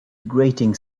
grating